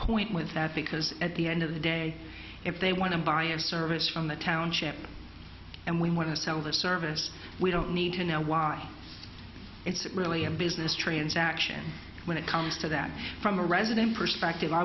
point with that because at the end of the day if they want to buy a service from the township and we want to sell the service we don't need to know why it's really a business transaction when it comes to that from a resident perspective i